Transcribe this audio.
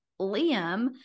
Liam